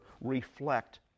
reflect